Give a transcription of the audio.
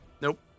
Nope